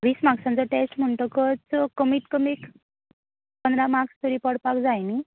वीस मार्कसांचो टॅस्ट म्हण्टकोच कमीत कमी पंदरा मार्कस तरी पडपाक जाय नी